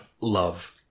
love